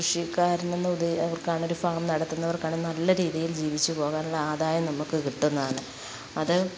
കൃഷിക്കാരനെന്നു അവർക്കാണൊര് ഫാം നടത്തുന്നവർക്കാണ് നല്ല രീതിയിൽ ജീവിച്ച് പോകാനുള്ള അദായം നമുക്ക് കിട്ടുന്നതാണ് അത്